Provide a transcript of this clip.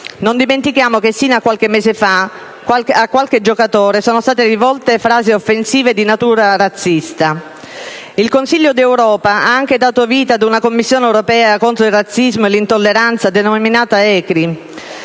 Non dimentichiamo che sino a qualche mese fa a qualche calciatore sono state rivolte frasi offensive di natura razzista. Il Consiglio d'Europa ha anche dato vita ad una Commissione europea contro il razzismo e l'intolleranza (ECRI).